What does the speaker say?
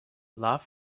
laugh